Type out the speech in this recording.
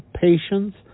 patience